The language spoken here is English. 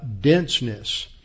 denseness